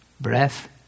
breath